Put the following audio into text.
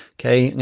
okay, yeah